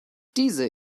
diese